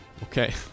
Okay